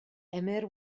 emyr